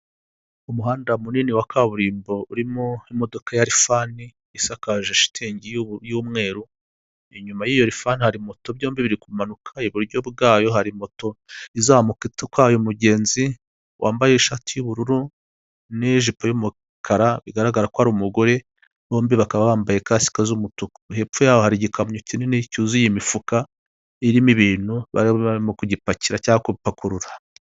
Umuhanda munini wa kaburimbo urimo imodoka yarifani isakaje shitingi y'umweru, inyuma y'iyo rifani hari moto, byombi biri kumanuka iburyo bwayo hari moto izamuka itwaye umugenzi wambaye ishati y'ubururu n'ijipo y'umukara bigaragara ko ari umugore, bombi bakaba bambaye kasike z'umutuku, hepfo yaho hari igikamyo kinini cyuzuye imifuka irimo ibintu bari barimo kugipakira cyangwa gupakurura.